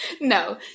No